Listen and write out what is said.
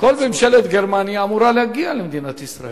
כל ממשלת גרמניה אמורה להגיע למדינת ישראל.